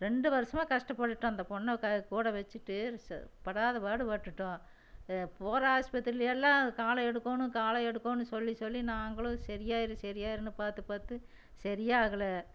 ரெண்டு வருஷமாக கஷ்டப்பட்டுட்டோம் அந்த பெண்ணை கூட வச்சிட்டு படாத பாடு பட்டுவிட்டோம் போகிற ஆஸ்பத்திரியெல்லாம் காலை எடுக்கணும் காலை எடுக்கணும் சொல்லி சொல்லி நாங்களும் சரியாயிடும் சரியாயிடும்னு பார்த்து பார்த்து சரியாகலை